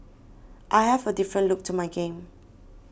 I have a different look to my game